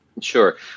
Sure